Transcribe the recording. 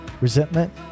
resentment